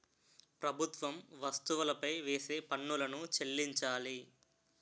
ప్రభుత్వం వస్తువులపై వేసే పన్నులను చెల్లించాలి